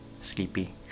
sleepy